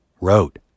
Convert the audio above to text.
wrote